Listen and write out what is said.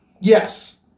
Yes